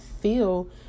feel